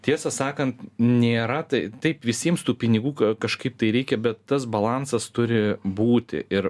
tiesą sakant nėra tai taip visiems tų pinigų kažkaip tai reikia bet tas balansas turi būti ir